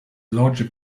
largely